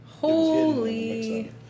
Holy